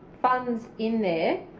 funds in there